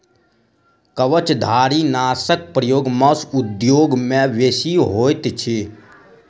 कवचधारीनाशकक प्रयोग मौस उद्योग मे बेसी होइत अछि